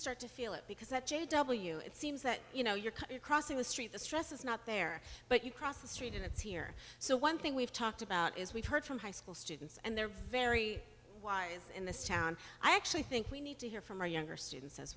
start to feel it because that j w it seems that you know you're crossing the street the stress is not there but you cross the street and it's here so one thing we've talked about is we've heard from high school students and they're very wise in this town i actually think we need to hear from our younger students as